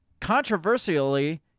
Controversially